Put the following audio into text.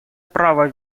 права